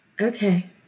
Okay